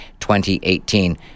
2018